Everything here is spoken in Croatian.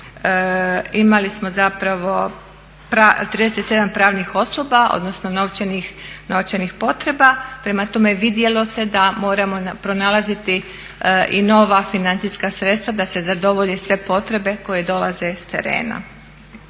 imali smo zapravo 37 pravnih osoba, odnosno novčanih potreba. Prema tome vidjelo se da moramo pronalaziti i nove financijska sredstva da se zadovolje sve potrebe koje dolaze s terena.